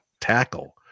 tackle